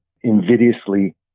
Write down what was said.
invidiously